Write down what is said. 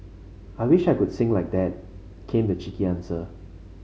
I wish I could sing like that came the cheeky answer